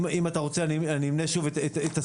אם אתה רוצה אני אמנה שוב את הסיבות.